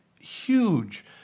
huge